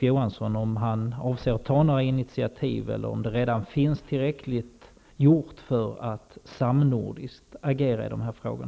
Johansson om han avser att ta några initiativ eller om man samnordiskt redan har agerat tillräckligt i dessa frågor.